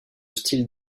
style